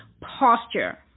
posture